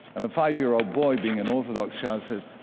and the five-year-old boy, being an orthodox child, says,